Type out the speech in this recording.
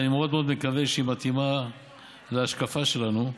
אני מאוד מאוד מקווה שהיא מתאימה להשקפה שלנו.